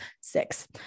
six